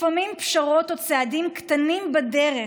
לפעמים פשרות או צעדים קטנים בדרך